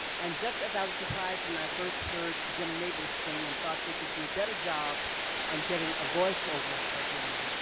and just as i was surprised when i first heard jim nabors sing and thought they could do a better job on getting a voiceover for him,